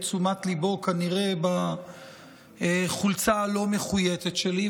תשומת ליבו כנראה בחולצה הלא-מחויטת שלי,